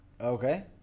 okay